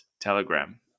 Telegram